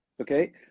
Okay